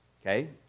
okay